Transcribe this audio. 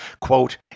Quote